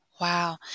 wow